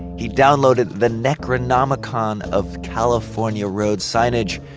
he downloaded the necronomicon of california road signage,